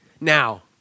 Now